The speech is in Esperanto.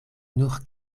nur